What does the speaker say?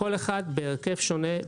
וכל אחת בהרכב שונה,